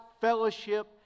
fellowship